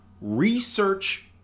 research